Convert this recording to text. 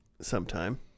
sometime